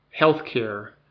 healthcare